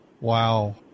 wow